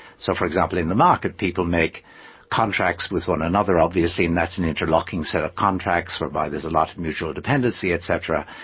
so for example, in the market people make contracts with one another, obviously, and that's an interlocking set of contracts whereby there's a lot of mutual dependency, etc,